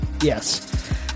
Yes